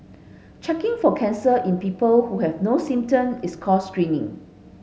checking for cancer in people who have no symptom is called screening